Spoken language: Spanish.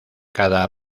cada